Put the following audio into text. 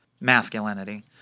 masculinity